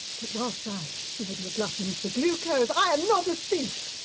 but whilst i may be a glutton for glucose, i am not a thief!